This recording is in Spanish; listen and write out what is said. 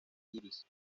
iris